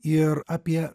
ir apie